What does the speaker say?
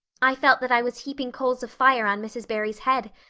i felt that i was heaping coals of fire on mrs. barry's head.